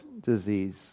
disease